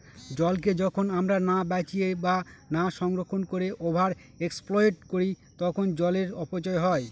জলকে যখন আমরা না বাঁচিয়ে বা না সংরক্ষণ করে ওভার এক্সপ্লইট করি তখন জলের অপচয় হয়